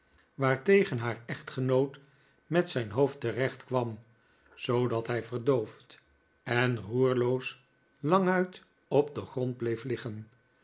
waartegen haar echtgenoot met zijn hoofd terecht kwam zoodat hij verdoofd en roerloos languit op den grond bleef liggen